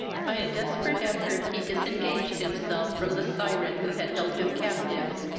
by a desperate effort he disengaged himself from the syren who had held him captive,